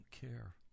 care